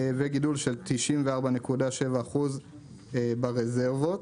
וגידול של 94.7% ברזרבות.